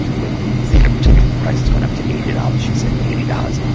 when theatre ticket prices went up to eighty dollars, she said, eighty dollars!